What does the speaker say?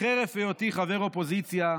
וחרף היותי חבר אופוזיציה,